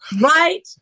right